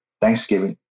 Thanksgiving